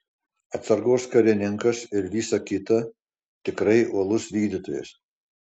atsargos karininkas ir visa kita tikrai uolus vykdytojas